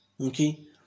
okay